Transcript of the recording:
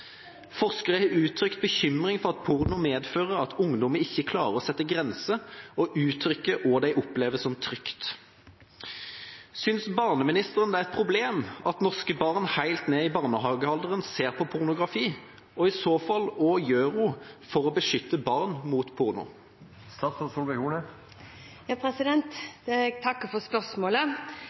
Forskere har uttrykt bekymring for at porno medfører at ungdommer ikke klarer å sette grenser og uttrykke hva de opplever som trygt. Synes barneministeren det er et problem at norske barn helt ned i barnehagealder ser på pornografi, og hva gjør hun i så fall for å beskytte barn mot porno? Jeg takker for spørsmålet.